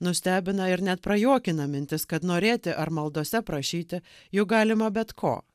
nustebina ir net prajuokina mintis kad norėti ar maldose prašyti juk galima bet ko